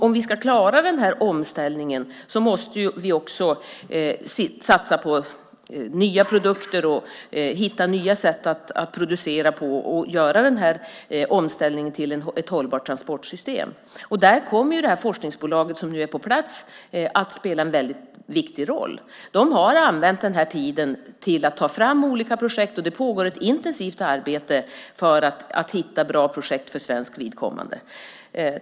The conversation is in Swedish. Om vi ska klara den här omställningen måste vi också satsa på nya produkter, hitta nya sätt att producera på och göra omställningen till ett hållbart transportsystem. Där kommer det här forskningsbolaget som nu är på plats att spela en mycket viktig roll. De har använt den här tiden till att ta fram olika projekt. Det pågår ett intensivt arbete för att hitta bra projekt för svenskt vidkommande.